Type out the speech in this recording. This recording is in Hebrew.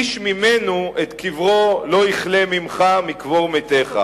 "איש ממנו את קברו לא יכלה ממך מקבר מתך.